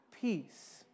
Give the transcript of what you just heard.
peace